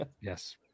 Yes